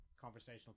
conversational